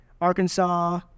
Arkansas